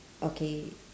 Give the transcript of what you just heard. okay